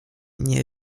nie